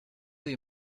you